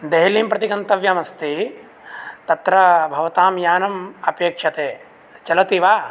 डेहल्लीं प्रति गन्तव्यमस्ति तत्र भवतां यानम् अपेक्ष्यते चलति वा